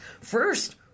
first